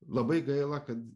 labai gaila kad